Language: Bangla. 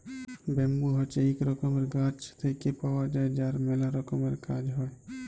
ব্যাম্বু হছে ইক রকমের গাছ থেক্যে পাওয়া যায় যার ম্যালা রকমের কাজ হ্যয়